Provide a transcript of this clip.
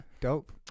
dope